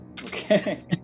Okay